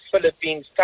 Philippines